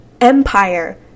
empire